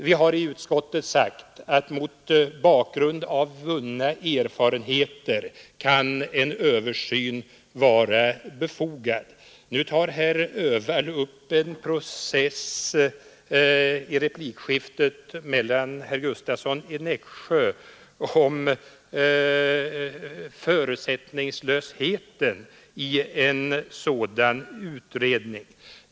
Vi har i utskottet sagt att mot bakgrunden av vunna erfarenheter kan en översyn vara befogad. Nu tar herr Öhvall upp en process med herr Gustavsson i Nässjö om förutsättningslösheten i en sådan utredning.